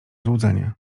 złudzenie